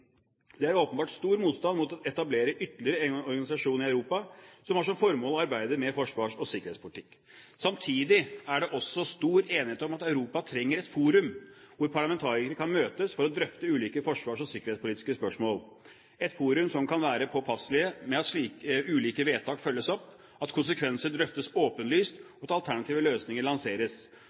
Det er åpenbart stor motstand mot å etablere ytterligere en organisasjon i Europa som har som formål å arbeide med forsvars- og sikkerhetspolitikk. Samtidig er det stor enighet om at Europa trenger et forum hvor parlamentarikere kan møtes for å drøfte ulike forsvars- og sikkerhetspolitiske spørsmål – et forum som kan være påpasselig med at ulike vedtak følges opp, at konsekvenser drøftes åpenlyst, og at alternative løsninger lanseres.